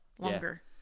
Longer